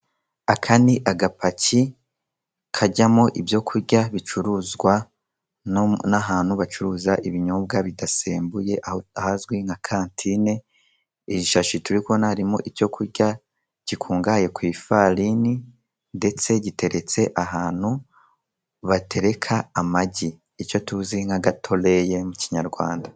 Aka ni agapaki kajyamo ibyo kurya bicuruzwa n'ahantu bacuruza ibinyobwa bidasembuye, ahazwi nka kantine, iyi shashi turi kubona harimo icyo kurya gikungahaye kw'ifarini ndetse giteretse ahantu batereka amagi, icyo tuzi nk'agatoreye mu kinyarwanda.